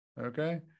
okay